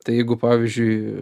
tai jeigu pavyzdžiui